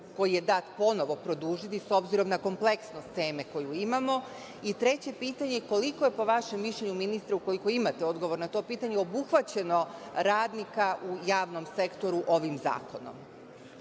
koji je dat ponovo produžiti, s obzirom na kompleksnost teme koju imamo i treće pitanje je koliko je po vašem mišljenju gospodine ministre, ukoliko imate odgovor na to pitanje, obuhvaćeno radnika u javnom sektoru ovim zakonom? Takođe,